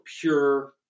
pure